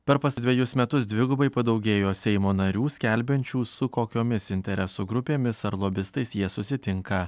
per dvejus metus dvigubai padaugėjo seimo narių skelbiančių su kokiomis interesų grupėmis ar lobistais jie susitinka